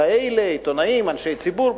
אנשי ציבור,